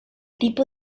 tipo